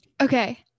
Okay